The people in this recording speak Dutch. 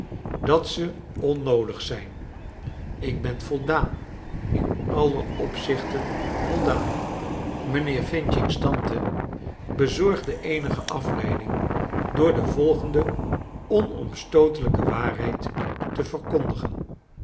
dat ze onnoodig zijn ik ben voldaan in alle opzichten voldaan mijnheer f's tante bezorgde eenige afleiding door de volgende onomstootelijke waarheid te verkondigen